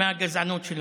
ומהגזענות שלו.